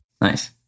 Nice